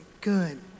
good